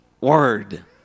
word